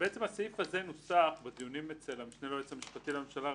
הסעיף הזה נוסח בדיונים אצל המשנה ליועץ המשפטי לממשלה,